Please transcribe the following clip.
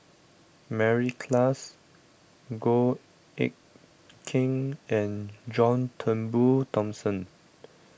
Mary Klass Goh Eck Kheng and John Turnbull Thomson